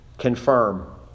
confirm